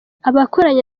abakoranye